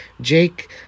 Jake